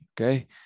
okay